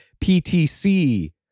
PTC